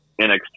NXT